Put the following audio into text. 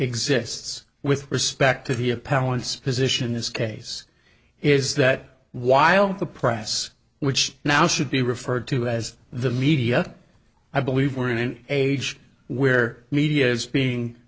exists with respect to the appellants position this case is that while the press which now should be referred to as the media i believe we're in an age where media is being